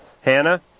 Hannah